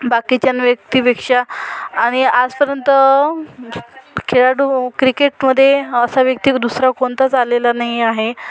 बाकींच्या व्यक्तींपेक्षा आणि आजपर्यंत खेळाडू क्रिकेटमध्ये असा व्यक्ती दुसरा कोणताच आलेला नाही आहे